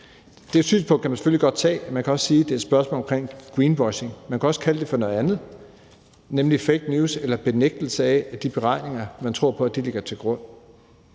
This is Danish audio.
Det synspunkt kan man selvfølgelig godt antage; man kan også sige, det er et spørgsmål om greenwashing. Man kan også kalde det for noget andet, nemlig fake news eller benægtelse af, at de beregninger, man tror på, ligger til grund.